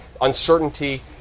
uncertainty